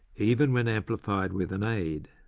even when amplified with an aid.